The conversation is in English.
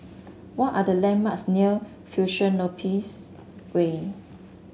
what are the landmarks near Fusionopolis Way